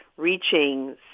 reaching